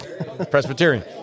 Presbyterian